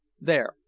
There